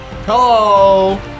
HELLO